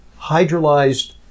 hydrolyzed